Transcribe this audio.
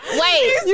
Wait